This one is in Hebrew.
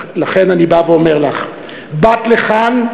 לכן אני בא ואומר לך: באת לכאן,